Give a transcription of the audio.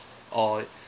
or